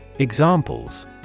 Examples